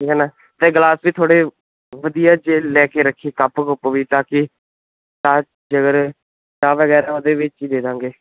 ਠੀਕ ਐ ਨਾ ਤੇ ਗਲਾਸ ਵੀ ਥੋੜੇ ਵਧੀਆ ਜੇ ਲੈ ਕੇ ਰੱਖੀ ਕੱਪ ਕੁੱਪ ਵੀ ਤਾਂ ਕਿ ਤਾਂ ਜੇਕਰ ਚਾਹ ਵਗੈਰਾ ਉਹਦੇ ਵਿੱਚ ਹੀ ਦੇ ਦਾਂਗੇ